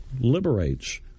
liberates